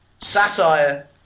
satire